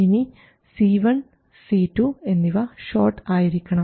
ഇനി C1 C2 എന്നിവ short ആയിരിക്കണം